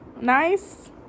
nice